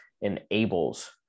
enables